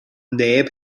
neb